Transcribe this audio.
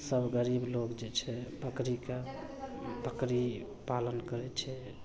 सब गरीब लोक जे छै बकरीके बकरी पालन करै छै